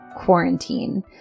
quarantine